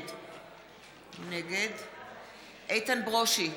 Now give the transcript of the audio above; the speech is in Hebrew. נגד איתן ברושי,